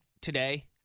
today